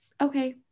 okay